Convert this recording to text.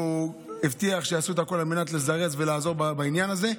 והוא הבטיח שיעשו הכול על מנת לזרז ולעזור בעניין הזה.